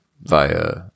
via